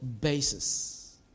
basis